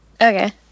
Okay